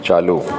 चालू